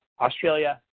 Australia